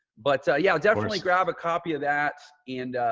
but, yeah, definitely grab a copy of that. and,